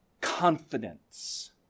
confidence